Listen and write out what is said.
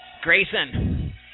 Grayson